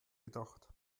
gedacht